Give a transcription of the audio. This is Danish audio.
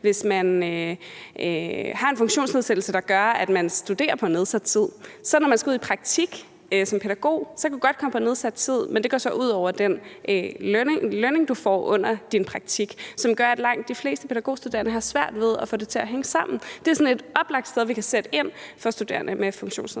hvis man har en funktionsnedsættelse, der gør, at man studerer på nedsat tid, og når man så skal ud i praktik som pædagog, kan man godt komme på nedsat tid, men så går det ud over den løn, man får under sin praktik, og det gør, at langt de fleste pædagogstuderende har svært ved at få det til at hænge sammen. Det er et oplagt sted, vi kan sætte ind i forhold til studerende med funktionsnedsættelse.